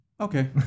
Okay